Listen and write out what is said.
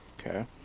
Okay